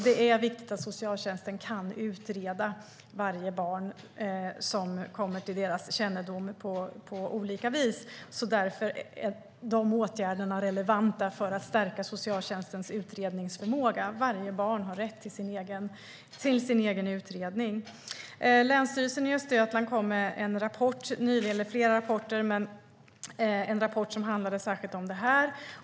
Det är viktigt att socialtjänsten kan utreda varje barn som kommer till deras kännedom på olika vis. Därför är de åtgärderna relevanta för att stärka socialtjänstens utredningsförmåga. Varje barn har rätt till en egen utredning. Länsstyrelsen i Östergötland har kommit med flera rapporter, och en av dem som kom nyligen handlar särskilt om det här.